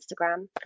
Instagram